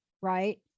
right